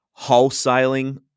wholesaling